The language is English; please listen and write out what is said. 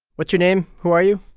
what's your name? who are you?